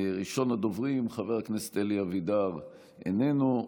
ראשון הדוברים, חבר הכנסת אלי אבידר, איננו,